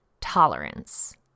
tolerance